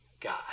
God